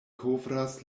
kovras